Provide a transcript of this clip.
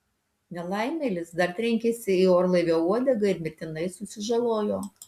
nelaimėlis dar trenkėsi į orlaivio uodegą ir mirtinai susižalojo